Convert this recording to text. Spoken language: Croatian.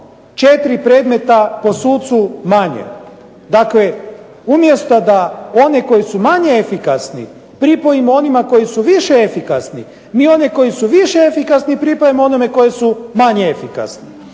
104 predmeta po sucu manje. Dakle, umjesto da one koji su manje efikasni pripojimo onima koji su više efikasni mi one koji su više efikasni pripajamo onima koji su manje efikasni.